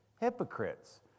Hypocrites